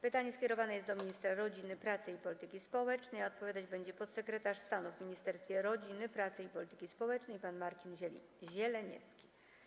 Pytanie skierowane jest do ministra rodziny, pracy i polityki społecznej, a odpowiadać będzie podsekretarz stanu w Ministerstwie Rodziny, Pracy i Polityki Społecznej pan Marcin Zieleniecki.